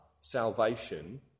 salvation